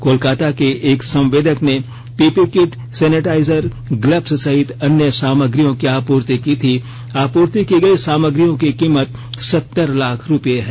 कोलकाता के एक संवेदक ने पीपी किट सेनेटाइजर गलब्स सहित अन्य सामग्रियों की आपूर्ति की थी आपूर्ति की गयी सामग्रियों की कीमत सत्तर लाख रूपये है